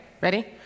Ready